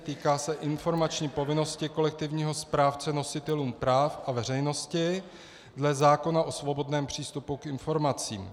Týká se informační povinnosti kolektivního správce nositelům práv a veřejnosti dle zákona o svobodném přístupu k informacím.